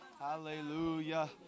hallelujah